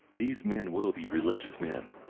these men will be religious men.